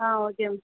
ah okay ma'am